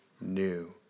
new